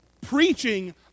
preaching